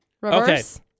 Reverse